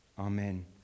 Amen